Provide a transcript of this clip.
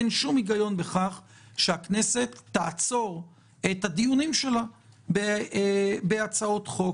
אין שום היגיון בכך שהכנסת תעצור את הדיונים שלה בהצעות חוק.